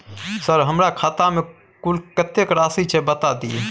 Sir हमरा खाता में कुल कत्ते राशि छै बता दिय?